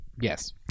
Yes